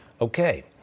Okay